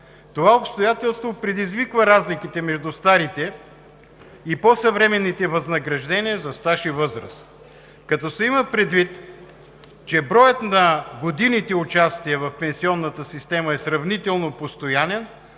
Това обстоятелство предизвиква разликите между старите и по-съвременните възнаграждения за стаж и възраст. Като се има предвид, че броят на годините участие в пенсионната система е сравнително постоянен,